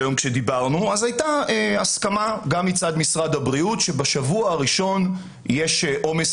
הייתה הסכמה גם מצד משרד הבריאות שבשבוע הראשון יש עומס